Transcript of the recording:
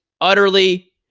utterly